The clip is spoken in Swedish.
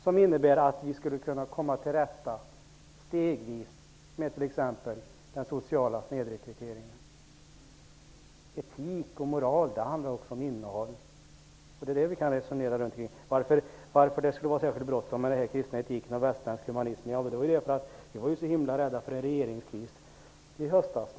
Den innebär att vi stegvis skulle kunna komma till rätta med t.ex. den sociala snedrekryteringen. Etik och moral handlar också om innehåll. Vi kan resonera kring varför det skulle vara särskilt bråttom med kristen etik och västerländsk humanism. Vi var så rädda för en regeringskris i höstas.